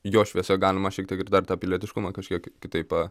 jo šviesoj galima šiek tiek ir dar tą pilietiškumą kažkiek kitaip a